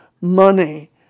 money